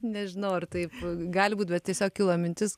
nežinau ar taip gali būt bet tiesiog kilo mintis